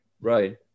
right